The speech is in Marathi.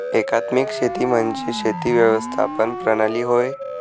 एकात्मिक शेती म्हणजे शेती व्यवस्थापन प्रणाली होय